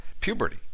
puberty